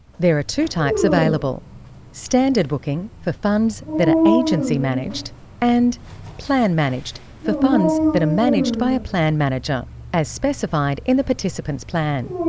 there are two types available standard booking, for funds that are agency managed and plan managed, for funds that are managed by a plan manager, as specified in the participant's plan.